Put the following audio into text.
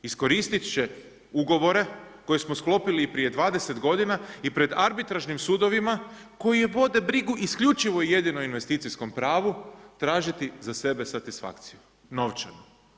Iskoristit će ugovore koje smo sklopili prije 20 godina i pred arbitražnim sudovima koji vode brigu isključivo i jedinom investicijskom pravu tražiti za sebe satisfakciju novčanu.